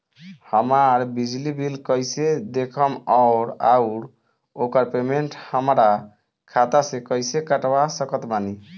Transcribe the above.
हमार बिजली बिल कईसे देखेमऔर आउर ओकर पेमेंट हमरा खाता से कईसे कटवा सकत बानी?